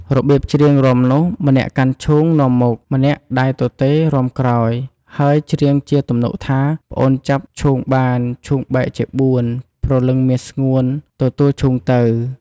របៀបច្រៀងរាំនោះ ម្នាក់កាន់ឈូងនាំមុខ ម្នាក់ដៃទទេរាំក្រោយ ហើយច្រៀងជាទំនុកថា « ប្អូនចាប់ឈូងបាន ឈូងបែកជាបួន ព្រលឹងមាសស្ងួន ទទួលឈូងទៅ»។